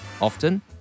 Often